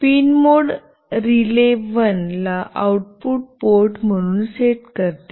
pin mode रिले1 ला output port म्हणून सेट करते